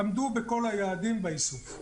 עמדו בכל היעדים באיסוף.